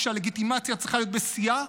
כשהלגיטימציה צריכה להיות בשיאה,